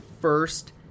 first